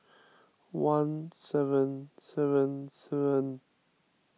one seven seven seven